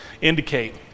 indicate